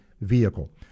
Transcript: vehicle